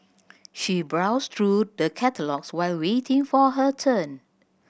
she browsed through the catalogues while waiting for her turn